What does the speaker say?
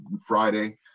friday